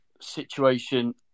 situation